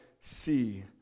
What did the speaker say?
see